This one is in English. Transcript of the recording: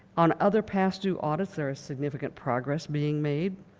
on other past-due audits there are significant progress being made,